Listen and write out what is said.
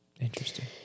Interesting